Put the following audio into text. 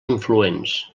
influents